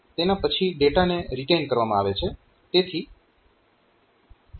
તેના પછી ડેટાને રિટેઈન કરવામાં આવે છે